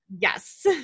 yes